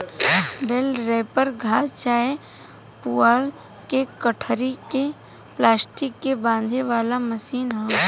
बेल wrapper घास चाहे पुआल के गठरी के प्लास्टिक में बांधे वाला मशीन ह